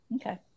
okay